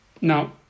Now